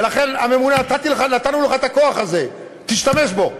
ולכן, הממונה, נתנו לך את הכוח הזה, תשתמש בו.